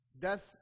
Death